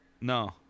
No